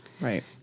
right